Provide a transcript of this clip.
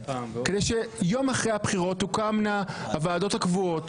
כדי שיום אחרי הבחירות תוקמנה הוועדות הקבועות,